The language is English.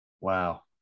Wow